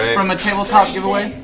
from a tabletop